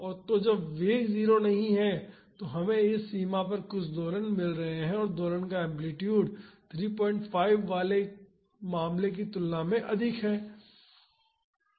तो जब वेग 0 नहीं है तो हमें इस सीमा पर कुछ दोलन मिल रहे हैं और दोलन का एम्पलीटूड 35 वाले मामले की तुलना में अधिक है